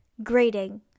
Grading